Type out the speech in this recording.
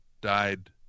died